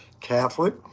Catholic